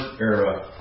era